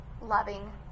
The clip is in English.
loving